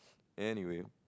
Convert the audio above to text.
anyway